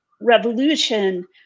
revolution